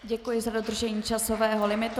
Děkuji za dodržení časového limitu.